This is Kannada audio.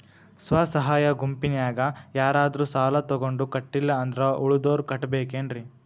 ಸ್ವ ಸಹಾಯ ಗುಂಪಿನ್ಯಾಗ ಯಾರಾದ್ರೂ ಸಾಲ ತಗೊಂಡು ಕಟ್ಟಿಲ್ಲ ಅಂದ್ರ ಉಳದೋರ್ ಕಟ್ಟಬೇಕೇನ್ರಿ?